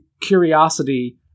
curiosity